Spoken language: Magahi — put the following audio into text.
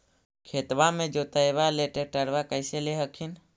खेतबा के जोतयबा ले ट्रैक्टरबा कैसे ले हखिन?